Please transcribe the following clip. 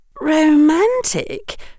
Romantic